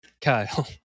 Kyle